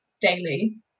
daily